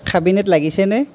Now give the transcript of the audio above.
খাবিনেত লাগিছেনে